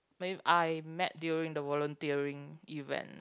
I met during the volunteering event